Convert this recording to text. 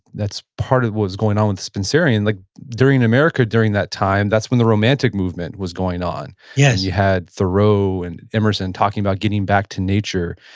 that's part of what was going on with the spencerian. like during america during that time, that's when the romantic movement was going on yes and you had thoreau and emerson talking about getting back to nature.